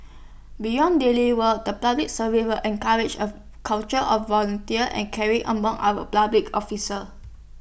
beyond daily work the public survive encourage A culture of volunteer and caring among our public officer